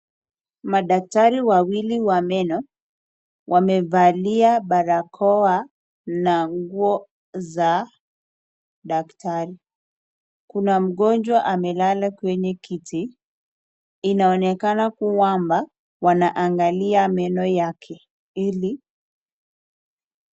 Madaktari wawili wa meno wamevalia barakoa na nguo za daktari. Kuna mgonjwa amelala kwenye kiti, inaonekana kwamba wana angalia meno yake ili.